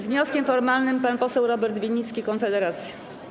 Z wnioskiem formalnym pan poseł Robert Winnicki, Konfederacja.